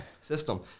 system